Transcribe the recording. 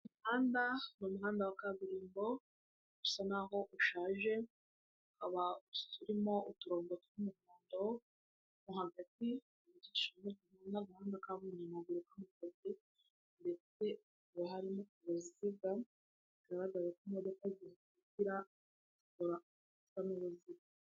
Umuhanda wa kaburimbo usa naho ushaje urimo utubara tw'umuhodo hagati harimo uruziga ndetse harimo imodoka.